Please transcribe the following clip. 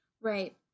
Right